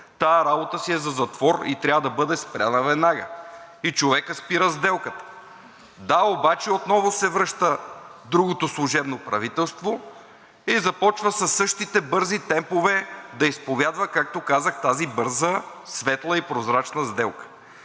„Тая работа си е за затвор и трябва да бъде спряна веднага“, и човекът спира сделката. Да, обаче отново се връща другото служебно правителство и започва със същите бързи темпове да изповядва, както казах, тази бърза, светла и прозрачна сделка.